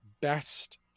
best